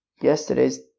yesterday's